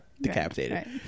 decapitated